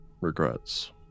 Regrets